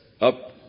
up